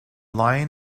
lion